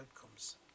outcomes